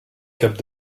cap